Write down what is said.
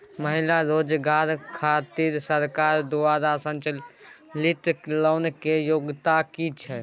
महिला रोजगार खातिर सरकार द्वारा संचालित लोन के योग्यता कि छै?